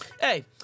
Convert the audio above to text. Hey